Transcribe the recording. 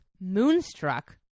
Moonstruck